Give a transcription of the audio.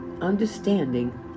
understanding